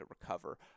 recover